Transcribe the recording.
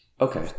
Okay